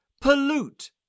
Pollute